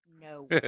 no